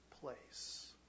place